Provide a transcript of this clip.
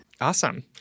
Awesome